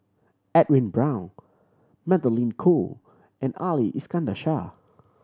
Edwin Brown Magdalene Khoo and Ali Iskandar Shah